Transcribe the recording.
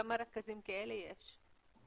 כמה רכזים כאלה יש?